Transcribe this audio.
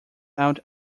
out